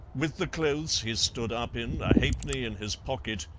with the clothes he stood up in, a halfpenny in his pocket,